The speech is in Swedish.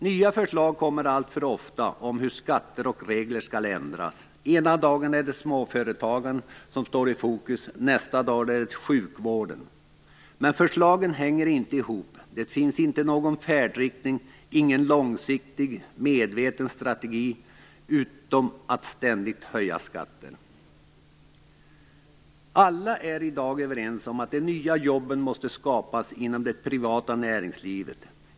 Nya förslag kommer alltför ofta om hur skatter och regler skall ändras. Ena dagen är det småföretagen som står i fokus, nästa dag är det sjukvården. Men förslagen hänger inte ihop. Det finns inte någon färdriktning och ingen långsiktig medveten strategi utom att ständigt höja skatter. Alla är i dag överens om att de nya jobben måste skapas inom det privata näringslivet.